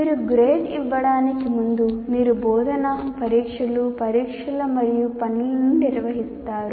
మీరు గ్రేడ్ ఇవ్వడానికి ముందు మీరు బోధన పరీక్షలు పరీక్షలు మరియు పనులను నిర్వహిస్తారు